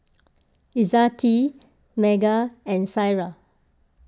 Izzati Megat and Syirah